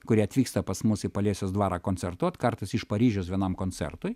kurie atvyksta pas mus į paliesiaus dvarą koncertuot kartais iš paryžiaus vienam koncertui